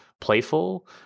playful